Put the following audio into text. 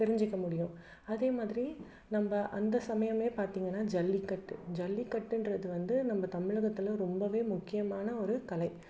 தெரிஞ்சுக்க முடியும் அதே மாதிரி நம்ம அந்த சமயம் பார்த்திங்கன்னா ஜல்லிக்கட்டு ஜல்லிக்கட்டுன்றது வந்து நம்ம தமிழகத்துல ரொம்ப முக்கியமான ஒரு கலை